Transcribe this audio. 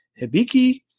Hibiki